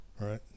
right